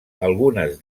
algunes